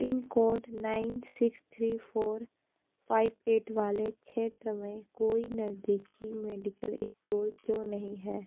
pin code nine six three four five eight वाले क्षेत्र में कोई नज़दीकी मेडिकल स्टोर क्यों नहीं है